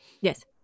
yes